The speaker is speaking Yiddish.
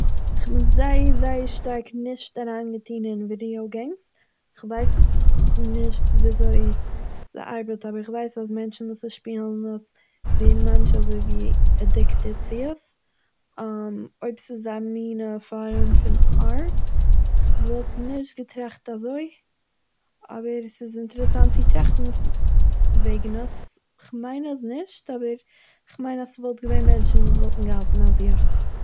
איך בין זייער זייער שטארק נישט אריינגעטוהן אין ווידעא געימס, איך ווייס נישט וויאזוי ס'ארבעט, אבער איך ווייס אז מענטשן וואס שפילן עס ווערן ממש אזויווי עדיקטעד צו עס, אויב ס'איז א מין פארעם פון ארט - איך וואלט נישט געטראכט אזוי, אבער ס'איז אינטערעסאנט צו טראכטן וועגן עס, כ'מיין אז נישט אבער, כ'מיין אז עס וואלטן געווען מענטשן וואס האלטן אז יא